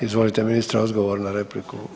Izvolite ministre odgovor na repliku.